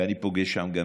ואני פוגש שם גם